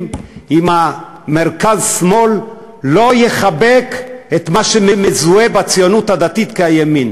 עם המרכז-שמאל לא יחבקו את מה שמזוהה בציונות הדתית כימין,